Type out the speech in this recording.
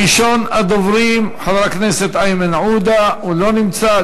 ראשון הדוברים, חבר הכנסת איימן עודה, לא נמצא.